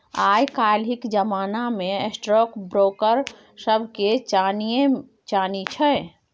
आय काल्हिक जमाना मे स्टॉक ब्रोकर सभके चानिये चानी छै